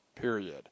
period